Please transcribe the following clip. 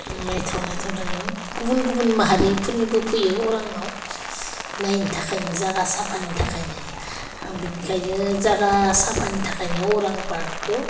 नायथाव नायथाव दङ गुबुन गुबुन माहारिफोरनिबो फैयो अराङाव नायनो थाखायनो जागा साफानि थाखायनो बिनिखायनो जागा साफानि थाखायनो अरां पार्कखौ